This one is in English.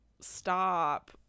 Stop